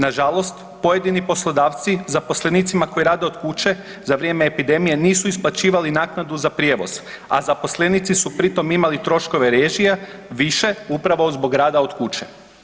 Nažalost, pojedini poslodavci zaposlenicima koji rade od kuće za vrijeme epidemije nisu isplaćivali naknadu za prijevoz, a zaposlenici su pri tom imali troškove režija više upravo zbog rada od kuće.